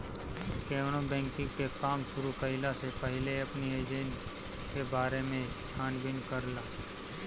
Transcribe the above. केवनो बैंकिंग के काम शुरू कईला से पहिले अपनी एजेंट के बारे में छानबीन कर लअ